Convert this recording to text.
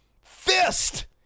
fist